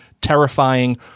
terrifying